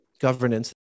governance